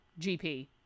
GP